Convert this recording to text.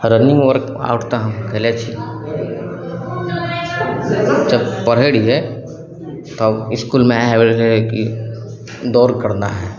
running workout तऽ हम कएले छी जब पढ़ै रहिए तब इसकुलमे आबै रहै कि दौड़ करना है